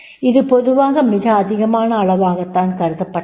இது பொதுவாக மிக அதிகமான அளவாகத்தான் கருதப்பட்டது